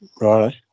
Right